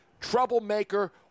troublemaker